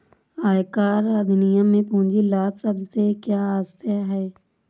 आयकर अधिनियम में पूंजी लाभ शब्द से क्या आशय है?